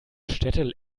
städte